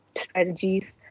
strategies